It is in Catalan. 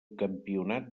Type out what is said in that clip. campionat